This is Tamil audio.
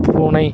பூனை